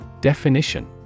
Definition